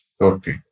okay